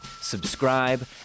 subscribe